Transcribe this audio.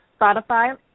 Spotify